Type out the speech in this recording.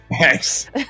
Thanks